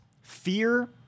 fear